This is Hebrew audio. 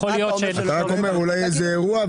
אתה רק אומר: "אולי יהיה איזה אירוע",